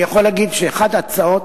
אני יכול להגיד שאחת ההצעות